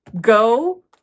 go